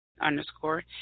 underscore